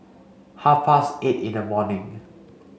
half past eight in the morning